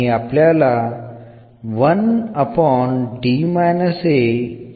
അതിനാൽ സമവാക്യത്തിന്റെ സൊല്യൂഷൻ എന്നാണ്